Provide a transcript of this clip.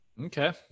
Okay